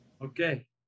Okay